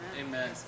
Amen